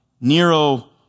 Nero